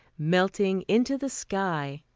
melting into the sky.